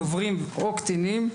דוברים או קטינים,